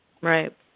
Right